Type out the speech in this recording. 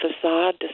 facade